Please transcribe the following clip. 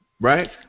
right